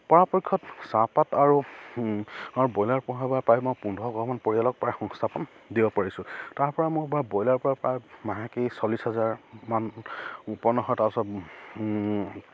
পৰাপক্ষত চাহপাত আৰু ব্ৰইলাৰ পোহাৰ বাবে প্ৰায় মই পোন্ধৰ ঘৰমান পৰিয়ালক প্ৰায় সংস্থাপন দিব পাৰিছোঁ তাৰ পৰা মোৰ পৰা ব্ৰইলাৰ পৰা প্ৰায় মাহেকে চল্লিছ হাজাৰমান উৎপন্ন হয় তাৰপিছত